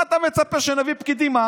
מה אתה מצפה, שנביא איזה פקידים?